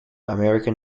american